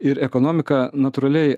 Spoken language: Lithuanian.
ir ekonomika natūraliai